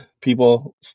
people